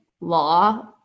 law